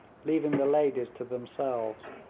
leaving the ladies to themselves.